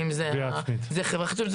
האם זה בחברה חיצונית.